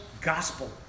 gospel